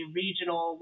regional